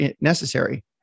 necessary